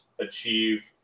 achieve